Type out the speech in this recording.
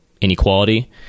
inequality